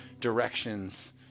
directions